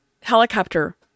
helicopter